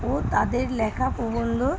ও তাদের লেখা প্রবন্ধ